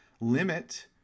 limit